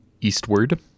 Eastward